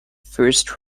first